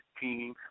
team